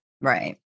Right